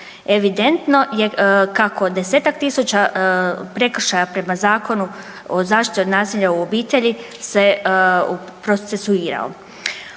Evidentno je kako desetak tisuća prekršaja prema Zakonu o zaštiti od nasilja u obitelji se procesuirao.